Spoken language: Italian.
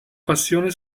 passione